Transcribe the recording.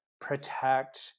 protect